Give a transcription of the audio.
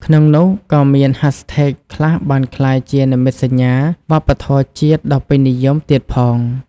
ក្នុងនោះ ក៏មានហាស់ថេក ខ្លះបានក្លាយជានិមិត្តសញ្ញាវប្បធម៌ជាតិដ៏ពេញនិយមទៀតផង។